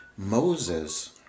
Moses